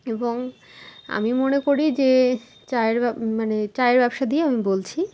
এবং আমি মনে করি যে চায়ের ব্যাব মানে চায়ের ব্যবসা দিয়েও আমি বলছি